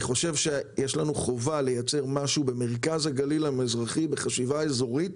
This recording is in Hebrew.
אני חושב שיש לנו חובה לייצר משהו במרכז הגליל המזרחי בחשיבה אזורית,